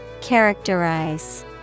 Characterize